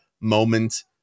Moment